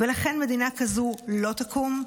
ולכן מדינה כזאת לא תקום,